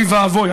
אוי ואבוי,